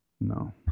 No